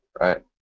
right